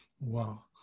wow